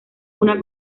una